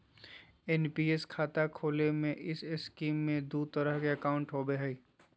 NPS खाता खोले में इस स्कीम में दू तरह के अकाउंट होबो हइ